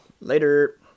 Later